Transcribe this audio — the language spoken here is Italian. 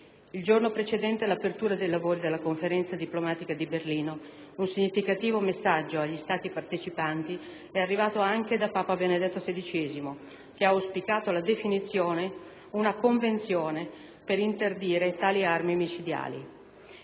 Il giorno precedente l'apertura dei lavori della Conferenza diplomatica di Dublino un significativo messaggio agli Stati partecipanti è arrivato anche da Papa Benedetto XVI, che ha auspicato la definizione di una Convenzione per interdire tali armi micidiali.